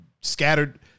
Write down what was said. scattered